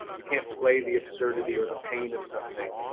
you can't play the absurdity, or the pain of something.